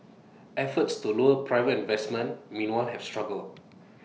efforts to lure private investment meanwhile have struggled